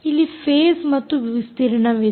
ಅಲ್ಲಿ ಫೇಸ್ ಮತ್ತು ವಿಸ್ತೀರ್ಣವಿದೆ